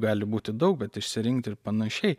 širdžių gali būti daug bet išsirinkti ir panašiai